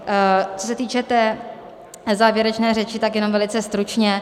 Co se týče té závěrečné řeči, tak jenom velice stručně.